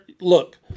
look